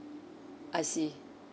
I see